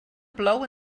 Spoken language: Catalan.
plou